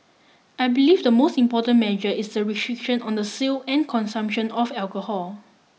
I believe the most important measure is the restriction on the sale and consumption of alcohol